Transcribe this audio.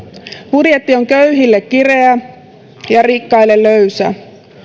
budjetti on köyhille kireä ja rikkaille löysä